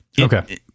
okay